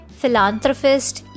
philanthropist